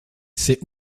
c’est